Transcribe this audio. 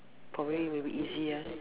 probably maybe easier